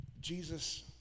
Jesus